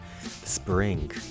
spring